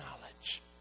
knowledge